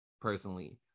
personally